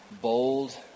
bold